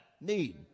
need